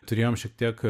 turėjom šiek tiek